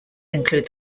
include